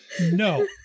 No